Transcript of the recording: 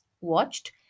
Watched